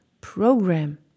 program